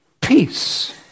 Peace